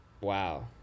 Wow